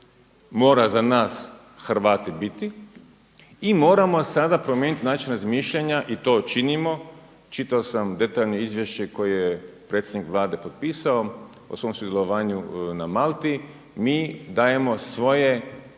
mora za nas Hrvate biti i moramo sada promijeniti način razmišljanja i to činimo. Čitao sam detaljno izvješće koje je predsjednik Vlade potpisao o svom sudjelovanju na Malti, mi dajemo svoje